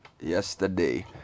yesterday